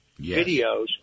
videos